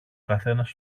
καθένας